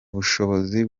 bushobozi